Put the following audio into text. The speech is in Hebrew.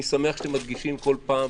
אני שמח שאתם מדגישים כל פעם,